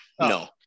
no